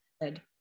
good